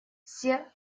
все